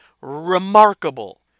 remarkable